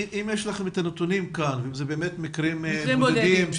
מדובר במקרים בודדים.